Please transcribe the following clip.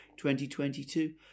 2022